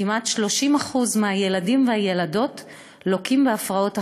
כמעט 30% מהילדים והילדות לוקים בהפרעות אכילה,